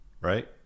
right